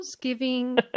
giving